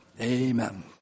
amen